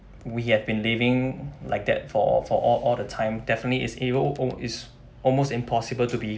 we have been living like that for all for all all the time definitely is able oh is almost impossible to be